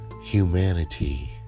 humanity